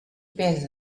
pesa